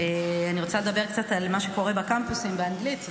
אני רוצה לדבר קצת על מה שקורה בקמפוסים, באנגלית.